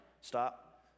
Stop